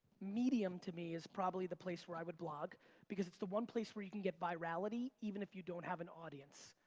medium to me is probably the place where i would blog because it's the one place where you can get virality even if you don't have an audience.